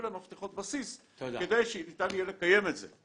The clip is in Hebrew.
להם מפתחות בסיס כדי שניתן יהיה לקיים את זה.